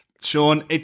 Sean